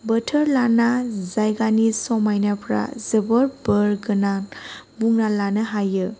बोथोर लाना जायगानि समायनाफोरा जोबोद बोर गोनां बुंना लानो हायो